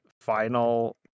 final